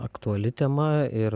aktuali tema ir